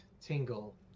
tingle